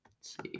see